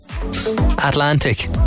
Atlantic